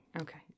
okay